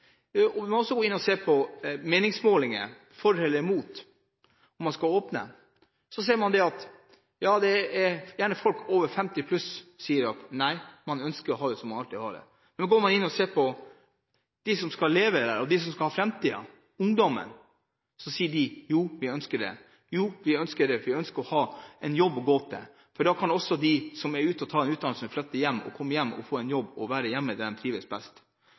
Om man også går inn og ser på meningsmålinger om man er for eller imot at man skal åpne, ser man at det gjerne er folk over 50 år som sier at nei, man ønsker å ha det som man alltid har hatt det. Men går man inn og ser på dem som skal leve og ha framtiden der, ungdommen, så sier de at jo, vi ønsker det, for vi ønsker å ha en jobb å gå til. Da kan også de som er ute og tar en utdannelse, flytte hjem og få en jobb og være hjemme der de trives best.